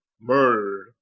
murdered